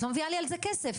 את לא מביאה לי כסף על זה.